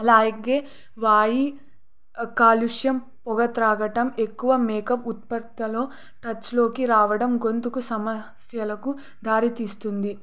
అలాగే వాయు కాలుష్యం పొగ త్రాగటం ఎక్కువ మేకప్ ఉత్పత్తిలో టచ్లోకి రావడం గొంతుకు సమస్యలకు దారితీస్తుంది